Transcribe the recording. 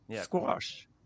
squash